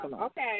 Okay